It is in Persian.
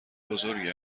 بزرگی